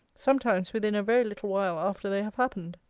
sometimes within a very little while after they have happened.